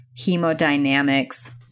hemodynamics